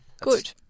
Good